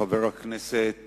חבר הכנסת